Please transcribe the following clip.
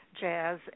Jazz